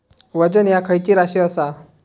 वजन ह्या खैची राशी असा?